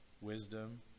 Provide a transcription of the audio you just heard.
wisdom